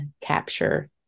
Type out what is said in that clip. capture